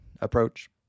approach